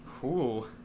Cool